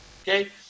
okay